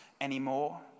anymore